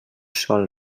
sol